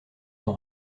son